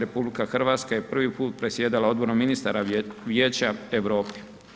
RH je prvi put predsjedala Odborom ministara Vijeća Europe.